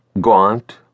gaunt